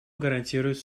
гарантировать